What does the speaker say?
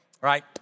right